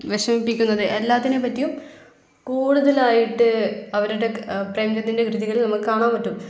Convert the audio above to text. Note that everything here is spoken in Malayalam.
വിഷമിപ്പിക്കുന്നത് എല്ലാത്തിനെപ്പറ്റിയും കൂടുതലായിട്ട് അവരുടെ പ്രേംചന്ദിൻ്റെ കൃതികളിൽ നമുക്ക് കാണാൻ പറ്റും